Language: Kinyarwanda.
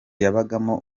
yabagamo